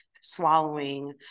swallowing